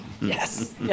Yes